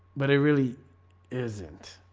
but it really isn't.